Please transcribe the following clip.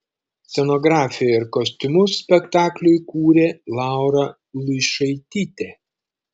scenografiją ir kostiumus spektakliui kūrė laura luišaitytė